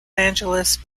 angeles